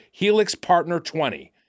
HELIXPARTNER20